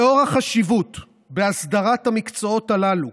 לאור החשיבות בהסדרת המקצועות הללו